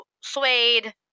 suede